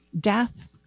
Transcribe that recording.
death